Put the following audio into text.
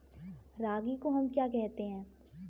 रागी को हम क्या कहते हैं?